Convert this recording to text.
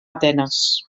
atenes